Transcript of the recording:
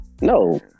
No